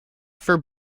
for